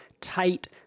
tight